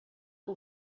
que